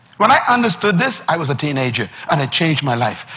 when i understood this, i was a teenager, and it changed my life,